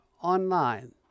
online